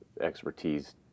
expertise